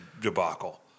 debacle